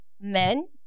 men